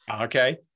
Okay